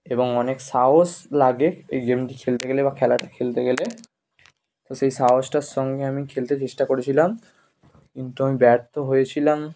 এবং অনেক সাহস লাগে এই গেমটি খেলতে গেলে বা খেলাটা খেলতে গেলে তো সেই সাহসটার সঙ্গে আমি খেলতে চেষ্টা করেছিলাম কিন্তু আমি ব্যর্থ হয়েছিলাম